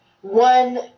one